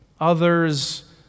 others